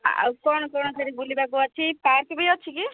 ଆଉ କ'ଣ କ'ଣ ସେଇଠି ବୁଲିବାକୁ ଅଛି ପାର୍କ ବି ଅଛି କି